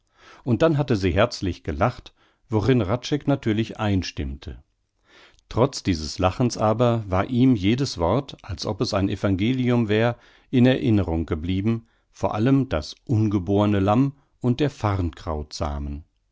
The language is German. und dann hatte sie herzlich gelacht worin hradscheck natürlich einstimmte trotz dieses lachens aber war ihm jedes wort als ob es ein evangelium wär in erinnerung geblieben vor allem das ungeborne lamm und der